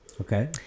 Okay